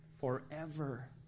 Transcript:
forever